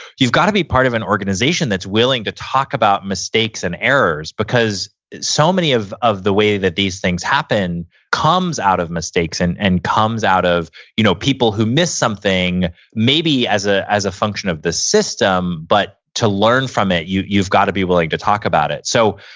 you've got to be part of an organization that's willing to talk about mistakes and errors because so many of of the way that these things happen comes out of mistakes and and comes out of you know people who miss something maybe as ah as a function of this system, but to learn from it, you've you've got to be willing to talk about it. so,